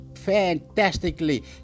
fantastically